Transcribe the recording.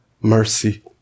mercy